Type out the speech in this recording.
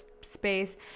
space